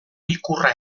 ikurra